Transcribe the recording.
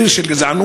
שיר של גזענות,